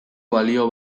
balio